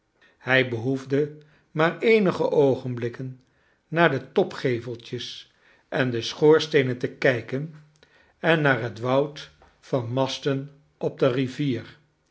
hij behoefde maar eenige oogenblikken naar de topgeveltjes en de sohoorsteenen te i kijken en naar het woud van masi ten op de rivier